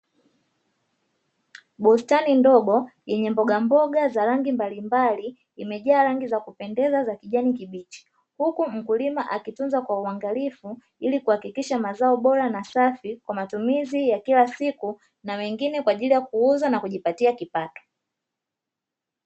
Bustani ndogo yenye mbogamboga za rangi mbalimbali imejaa rangi za kupendeza za kijani kibichi, huku mkulima akitunza kwa uangalifu ili kuhakikisha mazao bora na safi kwa matumizi ya kila siku, na mengine kwa ajili ya kuuza na kujipatia kipato.